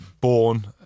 Born